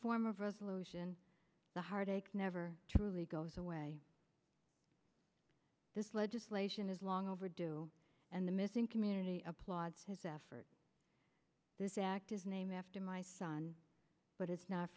form of resolution the heartache never truly goes away this legislation is long overdue and the missing community applauds his efforts this act is named after my son but it's not